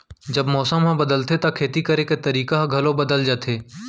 जब मौसम ह बदलथे त खेती करे के तरीका ह घलो बदल जथे?